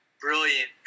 Brilliant